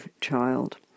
child